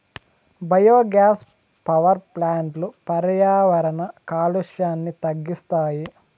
biogas power ప్లాంట్లు పర్యావరణ కాలుష్యాన్ని తగ్గిస్తాయి